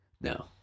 no